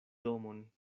domon